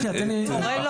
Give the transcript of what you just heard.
אתן לך